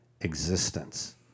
existence